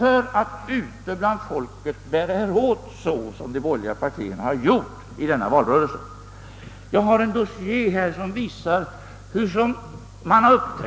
och samtidigt ute bland folket bära sig åt så som de borgerliga partierna gjort under denna valrörelse? Jag har här en dossier som visar hur man uppträtt.